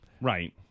Right